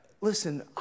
Listen